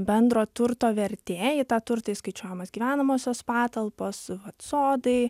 bendro turto vertė į tą turtą įskaičiuojamos gyvenamosios patalpos sodai